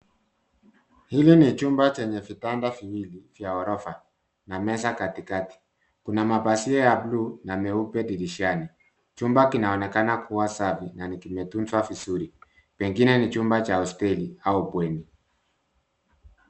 Hili ni chumba chenye vitanda viwili vya ghorofa na meza katikati. Kuna mapazia ya buluu na meupe dirishani. Chumba kinaonekana kuwa safi na kimetunzwa vizuri pengine ni chumba cha hosteli au bweni.